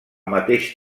mateix